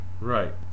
Right